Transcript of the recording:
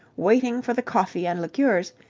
waiting for the coffee and liqueurs,